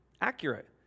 Accurate